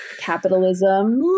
capitalism